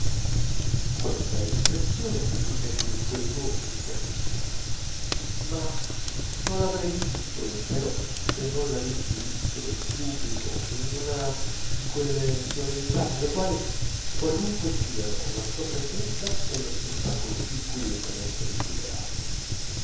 questa è l'impressione che mi fece vittor hugo in casa sua ma non l'avrei visto intero se non l'avessi visto in pubblico in una di quelle solennità nelle quali qualunque siano la sua presenza è lo spettacolo più curiosamente desiderato